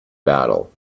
battle